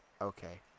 okay